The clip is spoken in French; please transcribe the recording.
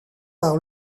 par